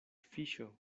fiŝo